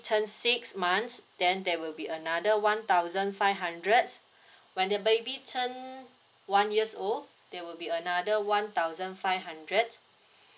turned six months then there will be another one thousand five hundred when the baby turned one years old there will be another one thousand five hundred